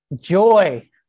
joy